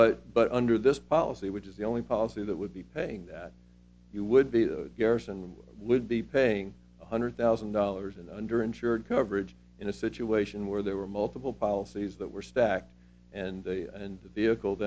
but but under this policy which is the only policy that would be paying that you would be the garrison would be paying one hundred thousand dollars in under insured coverage in a situation where there were multiple policies that were stacked and and vehicle